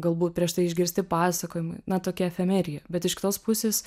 galbūt prieš tai išgirsti pasakojimai na tokia efemerija bet iš kitos pusės